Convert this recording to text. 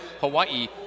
Hawaii